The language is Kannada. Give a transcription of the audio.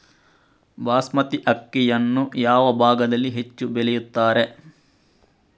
ಬಾಸ್ಮತಿ ಅಕ್ಕಿಯನ್ನು ಯಾವ ಭಾಗದಲ್ಲಿ ಹೆಚ್ಚು ಬೆಳೆಯುತ್ತಾರೆ?